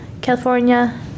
California